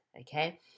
okay